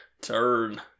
Turn